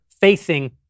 facing